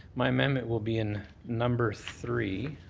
my amendment will be in number three.